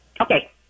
okay